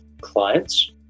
clients